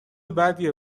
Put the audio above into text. بدیه